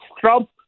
Trump